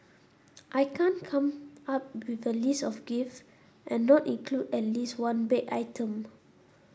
I can't come up with a list of gift and not include at least one baked item